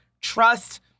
trust